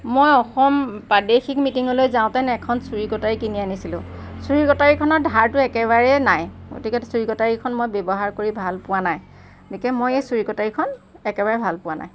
মই অসম প্ৰাদেশিক মিটিঙলৈ যাওঁতেনে এখন ছুৰী কটাৰী কিনি আনিছিলোঁ ছুৰী কটাৰীখনৰ ধাৰটো একেবাৰেই নাই গতিকে ছুৰী কটাৰীখন মই ব্যৱহাৰ কৰি ভাল পোৱা নাই গতিকে মই এই ছুৰী কটাৰীখন একেবাৰে ভাল পোৱা নাই